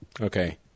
Okay